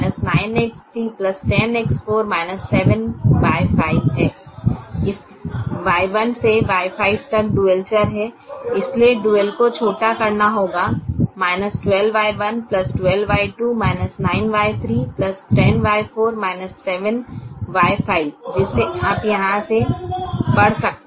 Y1 से Y5 तक dual चर हैं इसलिए डुअल को छोटा करना होगा 12Y1 12Y2 9Y3 10Y4 7Y5 जिसे आप यहां से पढ़ सकते हैं